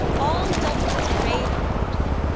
all dublin is raving about him.